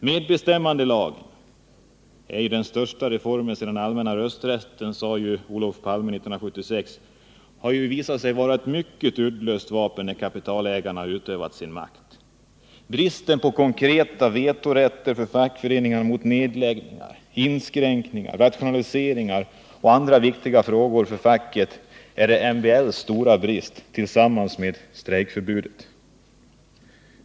Medbestämmandelagen — den största reformen sedan allmänna rösträtten, sade Olof Palme 1976 —har visat sig vara ett mycket uddlöst vapen när kapitalägarna utövat sin makt. Avsaknaden av konkreta vetorätter för fackföreningar mot nedläggningar, inskränkningar och rationaliseringar samt i andra för facket viktiga frågor är MBL:s stora brist tillsammans med strejkförbudet.